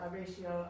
ratio